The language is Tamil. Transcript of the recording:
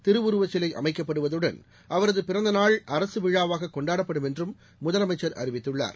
திருவுருவச்சிலை அமைக்கப்படுவதுடன் அவரது பிறந்தநாள் அரசு விழாவாக கொண்டாடப்படும் என்றும் முதலமைச்சர் அறிவித்துள்ளார்